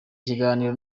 ikiganiro